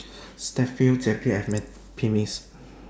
Strepsils Zappy and Mepilex